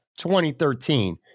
2013